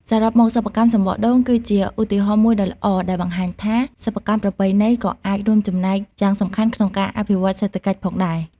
សរុបមក សិប្បកម្មសំបកដូង គឺជាឧទាហរណ៍មួយដ៏ល្អដែលបង្ហាញថា សិប្បកម្មប្រពៃណីក៏អាចរួមចំណែកយ៉ាងសំខាន់ក្នុងការអភិវឌ្ឍសេដ្ឋកិច្ចផងដែរ។